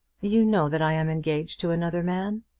you know that i am engaged to another man.